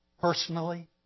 Personally